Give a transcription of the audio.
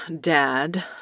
dad